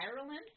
Ireland